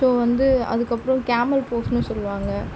so வந்து அதுக்கப்புறம் camel போஸ்ன்னு சொல்லுவாங்க